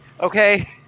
okay